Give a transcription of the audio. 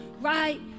right